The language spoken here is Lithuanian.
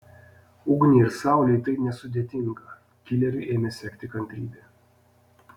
ugniai ir saulei tai nesudėtinga kileriui ėmė sekti kantrybė